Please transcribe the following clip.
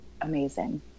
amazing